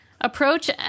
approach